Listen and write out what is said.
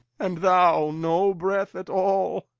and thou no breath at all?